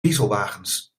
dieselwagens